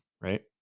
Right